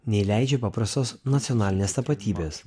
nei leidžia paprastos nacionalinės tapatybės